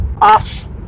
off